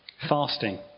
fasting